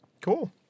Cool